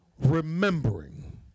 Remembering